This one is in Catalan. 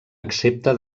accepta